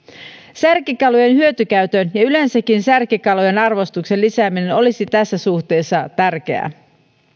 särkikalojen hyötykäytön ja yleensäkin särkikalojen arvostuksen lisääminen olisi tässä suhteessa tärkeää